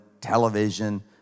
television